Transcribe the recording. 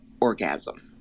orgasm